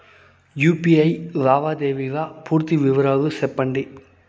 UPI లావాదేవీల పూర్తి వివరాలు సెప్పండి?